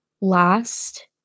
last